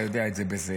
אתה יודע את זה.